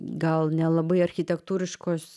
gal nelabai architektūriškos